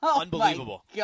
Unbelievable